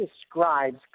describes